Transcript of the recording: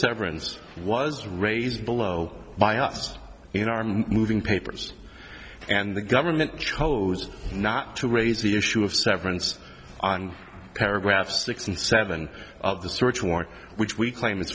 severance was raised below by us in our moving papers and the government chose not to raise the issue of severance on paragraph six and seven of the search warrant which we claim